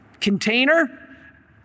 container